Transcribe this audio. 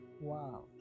wow